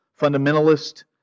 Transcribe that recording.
Fundamentalist